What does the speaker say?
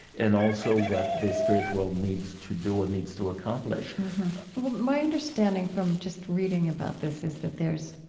and also what the spirit world needs to do and needs to accomplish mm-hmm. well my understanding from just reading about this is that there's,